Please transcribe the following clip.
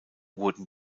wurden